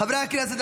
חברי הכנסת,